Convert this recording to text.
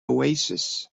oasis